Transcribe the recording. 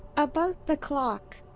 about the clock.